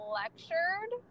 lectured